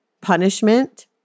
punishment